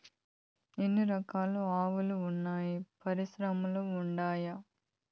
ఎన్ని రకాలు ఆవులు వున్నాయి పరిశ్రమలు ఉండాయా?